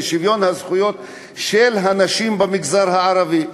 לשוויון הזכויות של הנשים במגזר הערבי.